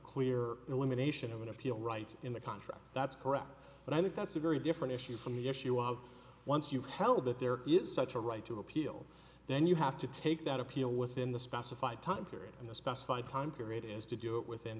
clear elimination of an appeal right in the contract that's correct but i think that's a very different issue from the issue of once you've held that there is such a right to appeal then you have to take that appeal within the specified time period in the specified time period is to do it within